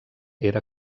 era